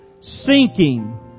sinking